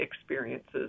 experiences